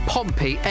Pompey